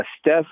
Steph